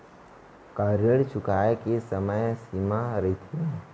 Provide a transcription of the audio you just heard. का ऋण चुकोय के समय सीमा रहिथे?